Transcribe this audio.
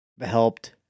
helped-